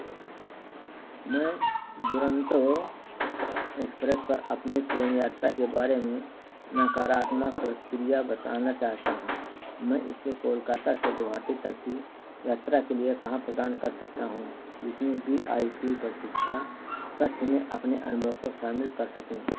मैं दुरंतो एक्सप्रेस पर अपनी ट्रेन यात्रा के बारे में नकारात्मक प्रतिक्रिया बताना चाहता हूँ मैं इसे कोलकाता से गुवाहाटी तक की यात्रा के लिए कहाँ प्रदान कर सकता हूँ जिसमें वी आई पी प्रतीछा कछ में अपने अनुभव को शामिल कर सकूँ